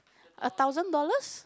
a thousand dollars